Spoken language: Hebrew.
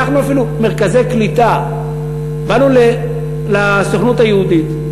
לקחנו אפילו מרכזי קליטה, באנו לסוכנות היהודית,